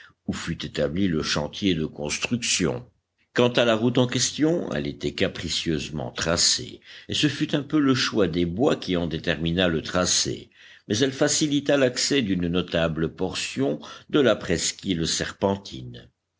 où fut établi le chantier de construction quant à la route en question elle était capricieusement tracée et ce fut un peu le choix des bois qui en détermina le tracé mais elle facilita l'accès d'une notable portion de la presqu'île serpentine